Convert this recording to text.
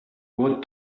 what